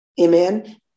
amen